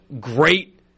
great